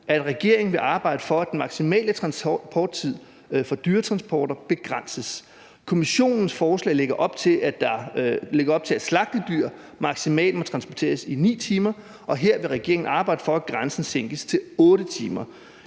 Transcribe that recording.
at regeringen vil arbejde for, at den maksimale transporttid for dyretransporter begrænses. Kommissionens forslag lægger op til, at slagtedyr maksimalt må transporteres i 9 timer. Her vil regeringen arbejde for, at grænsen sænkes til 8 timer.